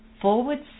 forward